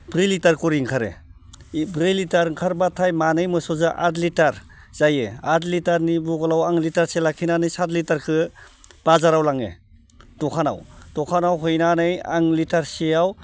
ब्रै लिटार खरि ओंखारो इ ब्रै लिटार ओंखारब्लाथाय मानै मोसौजो आठ लिटार जायो आठ लिटारनि बगलाव आं लिटारसे लाखिनानै सात लिटारखो बाजाराव लाङो दखानाव दखानाव हैनानै आं लिटारसेयाव